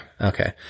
Okay